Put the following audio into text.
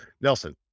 Nelson